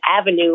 avenue